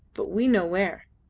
but we know where.